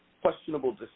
questionable